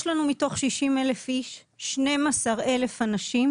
מתוך 60,000 אנשים יש לנו 12,000 אנשים